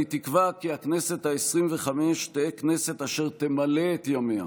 אני תקווה כי הכנסת העשרים-וחמש תהא כנסת אשר תמלא את ימיה